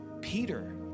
Peter